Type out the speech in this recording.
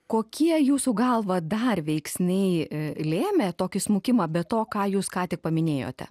kokie jūsų galva dar veiksniai lėmė tokį smukimą be to ką jūs ką tik paminėjote